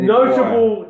Notable